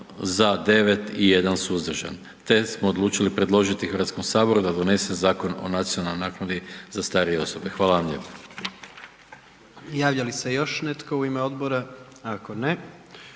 „za“ 9 i 1 „suzdržan“ te smo odlučili predložiti Hrvatskom saboru da donese Zakon o nacionalnoj naknadi za starije osobe. Hvala vam lijepo.